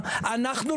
שיחות,